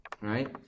right